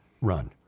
run